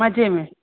मजे में